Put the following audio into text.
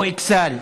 או אִכסאל?